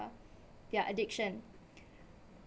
their addiction